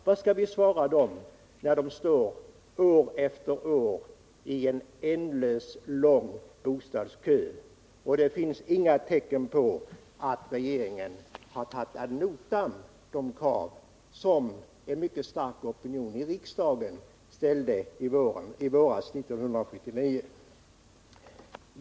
Vad skall vi svara dem, när de står år efter år i en ändlös bostadskö och det inte finns några tecken på att regeringen har tagit ad notam de krav som en mycket stark opinion i riksdagen ställde våren 1979?